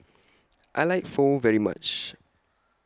I like Pho very much